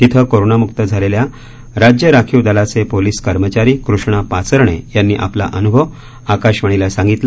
तिथं कोरोनामुक्त झालेल्या राज्य राखीव दलाचे पोलीस कर्मचारी कृष्णा पाचरणे यांनी आपला अनुभव आकाशवाणीला सांगितला